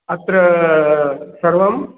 अत्र सर्वम्